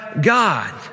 God